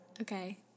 Okay